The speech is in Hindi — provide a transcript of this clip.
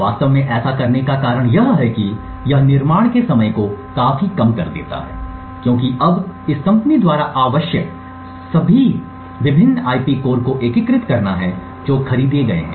वास्तव में ऐसा करने का कारण यह है कि यह निर्माण के समय को काफी कम कर देता है क्योंकि अब इस कंपनी द्वारा आवश्यक सभी को विभिन्न आईपी कोर को एकीकृत करना है जो खरीदे गए हैं